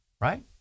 right